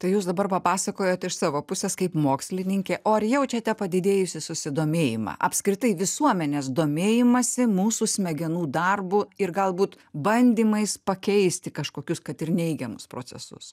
tai jūs dabar papasakojot iš savo pusės kaip mokslininkė o ar jaučiate padidėjusį susidomėjimą apskritai visuomenės domėjimąsi mūsų smegenų darbu ir galbūt bandymais pakeisti kažkokius kad ir neigiamus procesus